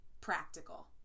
Practical